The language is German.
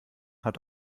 hat